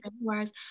whereas